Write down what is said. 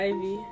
Ivy